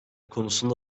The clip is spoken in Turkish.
konusunda